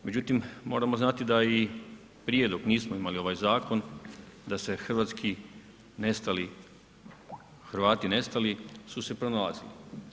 Međutim, moramo znati da i prije dok nismo imali ovaj zakon da se hrvatski nestali, Hrvati nestali su se pronalazili.